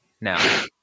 now